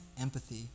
empathy